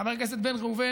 חבר הכנסת בן ראובן,